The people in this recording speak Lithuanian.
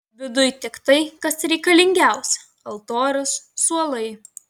viduj tik tai kas reikalingiausia altorius suolai